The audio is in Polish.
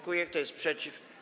Kto jest przeciw?